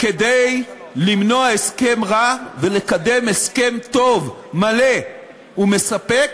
כדי למנוע הסכם רע ולקדם הסכם טוב, מלא ומספק